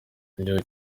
igihugu